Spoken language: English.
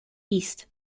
east